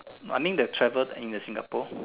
I mean the travel as in the Singapore